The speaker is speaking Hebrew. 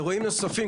אירועים נוספים,